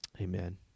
Amen